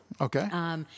Okay